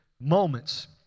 moments